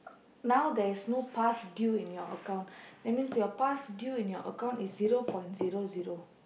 now there is no past due in your account that means your past due in your account is zero point zero zero